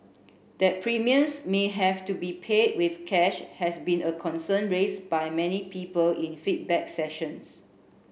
that premiums may have to be paid with cash has been a concern raised by many people in feedback sessions